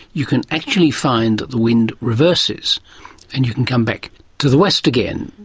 you can actually find the wind reverses and you can come back to the west again.